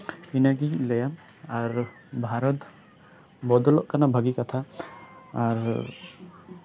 ᱤᱱᱟᱹᱜᱤᱧ ᱞᱟᱹᱭᱼᱟ ᱟᱨ ᱵᱷᱟᱨᱚᱛ ᱵᱚᱫᱚᱞᱚᱜ ᱠᱟᱱᱟ ᱵᱷᱟᱹᱜᱮ ᱠᱟᱛᱷᱟ ᱟᱨ